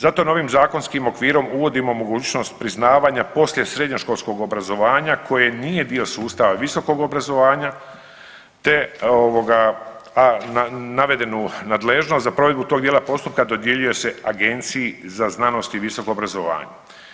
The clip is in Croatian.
Zato novim zakonskim okvirom uvodimo mogućnost priznavanja poslijesrednjoškolskog obrazovanja koje nije dio sustava visokog obrazovanje te ovoga, a navedenu nadležnost za provedbu tog dijela postupka dodjeljuje se Agenciji za znanost i visoko obrazovanje.